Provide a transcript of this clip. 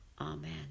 Amen